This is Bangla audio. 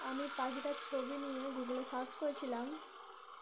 আমি পাখিটার ছবি নিয়ে গুগল সার্চ করেছিলাম